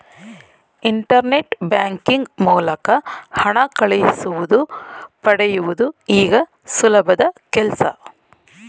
internet banking ಮೂಲಕ ಹಣ ಕಳಿಸುವುದು ಪಡೆಯುವುದು ಈಗ ಸುಲಭದ ಕೆಲ್ಸ